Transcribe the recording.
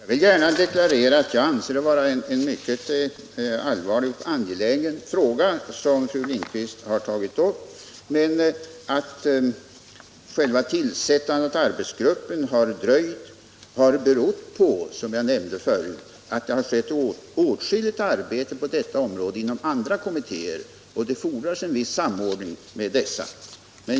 Herr talman! Jag vill gärna deklarera att jag anser det vara en mycket allvarlig och angelägen fråga som fru Lindquist har tagit upp. Att själva tillsättandet av arbetsgruppen dröjt har berott på, som jag nämnde förut, att det har utförts åtskilligt arbete på detta område inom andra kommittéer och att det fordras en viss samordning med dessa.